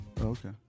Okay